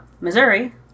Missouri